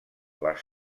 les